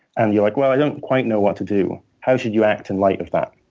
and you're like, well, i don't quite know what to do. how should you act in light of that?